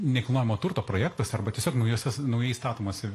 nekilnojamo turto projektas arba tiesiog naujosios naujai statomuose